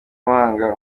muhanga